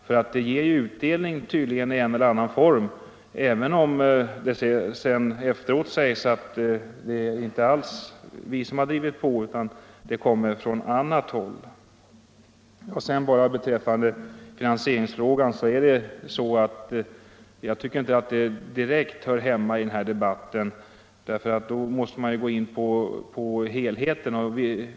Det ger tydligen utdelning i en eller annan form, även om det efteråt inte alls erkänns att det är vi som har drivit på och man söker hävda att initiativet kommer från annat håll. Finansieringsfrågan tycker jag inte direkt hör hemma i denna debatt. I det sammanhanget måste man se på frågan i dess helhet.